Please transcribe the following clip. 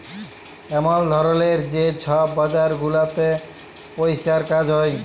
এমল ধরলের যে ছব বাজার গুলাতে পইসার কাজ হ্যয়